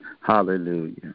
Hallelujah